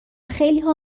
خیلیها